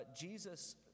Jesus